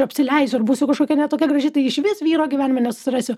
apsileisiu ar būsiu kažkokia ne tokia graži tai išvis vyro gyvenime nesusirasiu